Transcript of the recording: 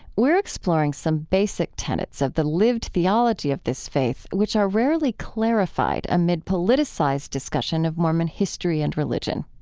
we're exploring some basic tenets of the lived theology of this faith, which are rarely clarified amid politicized discussion of mormon history and religion.